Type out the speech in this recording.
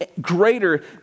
greater